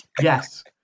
Yes